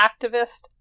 activist